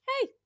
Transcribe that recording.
Hey